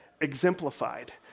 exemplified